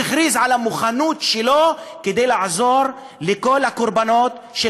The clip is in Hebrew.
שהכריז על המוכנות שלו לעזור לכל הקורבנות של